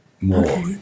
more